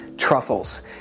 truffles